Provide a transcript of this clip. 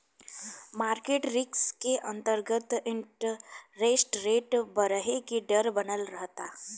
market risk के अंतरगत interest rate बरहे के डर बनल रहता